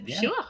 Sure